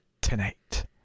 tonight